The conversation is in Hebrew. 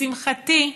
לשמחתי,